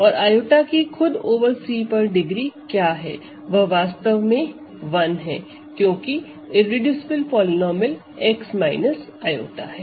और i की खुद ओवर C पर डिग्री क्या है वह वास्तव में 1 है क्योंकि इररेडूसिबल पॉलीनोमिअल x i है